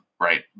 right